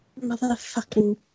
Motherfucking